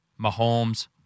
Mahomes